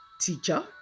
Teacher